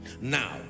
now